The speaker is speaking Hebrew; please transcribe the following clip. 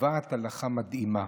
קובעת הלכה מדהימה: